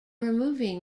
removing